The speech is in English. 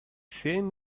same